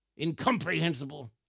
Incomprehensible